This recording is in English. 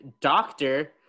Doctor